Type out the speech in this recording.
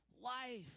life